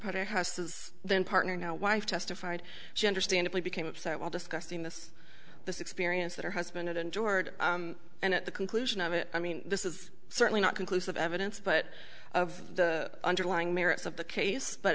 potter houses then partner now wife testified she understand it we became upset while discussing this this experience that her husband it endured and at the conclusion of it i mean this is certainly not conclusive evidence but of the underlying merits of the case but